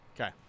Okay